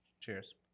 cheers